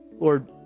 Lord